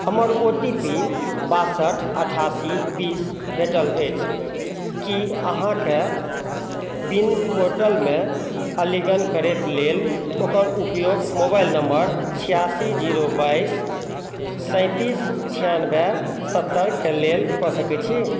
हमर O T P बासठ अठासी बीस भेटल अछि की अहाँके बिन पोरटल मे अलिगन करैक लेल ओकर उपयोग मोबाइल नम्बर छियासी जीरो बाइस सैँतीस छियानबे सतरिके लेल कऽ सकै छी